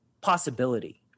possibility